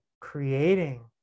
creating